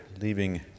leaving